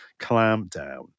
clampdown